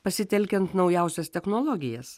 pasitelkiant naujausias technologijas